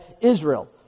Israel